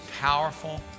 powerful